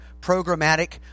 programmatic